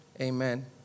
Amen